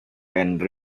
and